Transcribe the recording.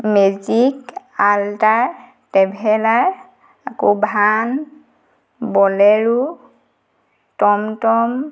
magic আল্টাৰ traveller আকৌ van Bolero টমটম